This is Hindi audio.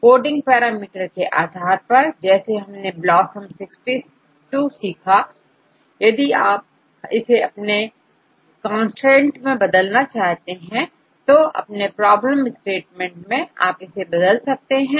कोडिंग पैरामीटर के आधार पर जैसे हमने ब्लॉसम62 सीखा यदि आप इसे अपने कॉन्सट्रेंट मैं बदलना चाहते हैं तो अपने प्रॉब्लम स्टेटमेंट में आप इसे बदल सकते हैं